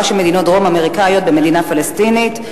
של מדינות דרום-אמריקניות במדינה פלסטינית,